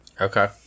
Okay